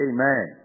Amen